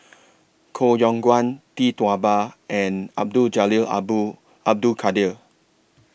Koh Yong Guan Tee Tua Ba and Abdul Jalil Abul Abdul Kadir